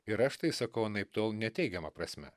ir aš tai sakau anaiptol ne teigiama prasme